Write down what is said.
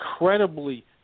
incredibly